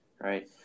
right